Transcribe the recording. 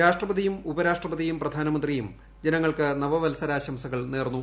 രാഷ്ട്രപതിയും ഉപരാഷ്ട്രപതിയും പ്രധാനമന്ത്രിയും ജനങ്ങൾക്ക് നവവത്സര ആശംസകൾ നേർന്നു